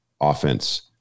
offense